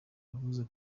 yavuze